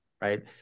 right